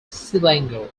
selangor